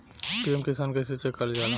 PM किसान कइसे check करल जाला?